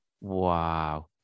Wow